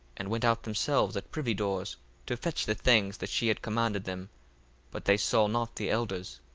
and went out themselves at privy doors to fetch the things that she had commanded them but they saw not the elders,